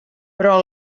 però